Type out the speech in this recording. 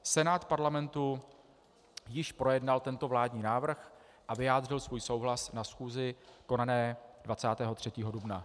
Senát Parlamentu již projednal tento vládní návrh a vyjádřil svůj souhlas na schůzi konané 23. dubna.